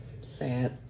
Sad